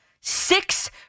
Six